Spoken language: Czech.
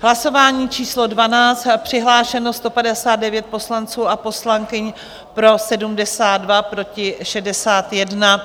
Hlasování číslo 12, přihlášeno 159 poslanců a poslankyň, pro 72, proti 61.